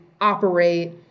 operate